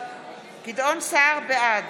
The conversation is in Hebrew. בעד